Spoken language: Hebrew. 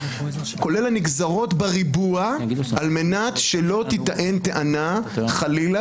כולל הנגזרות בריבוע על מנת שלא תיטען טענה חלילה